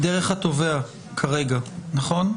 כרגע דרך התובע, נכון?